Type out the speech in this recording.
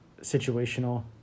situational